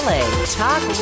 Talk